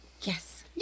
Yes